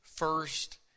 first